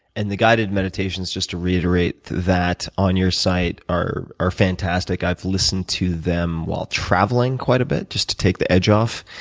and the guided meditations, just to reiterate that, on your site are are fantastic. i've listened to them while traveling quite a bit, just to take the edge off.